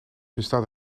bestaat